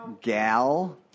Gal